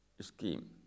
scheme